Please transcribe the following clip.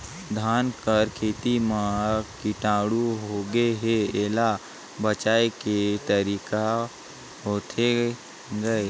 धान कर खेती म कीटाणु होगे हे एला बचाय के तरीका होथे गए?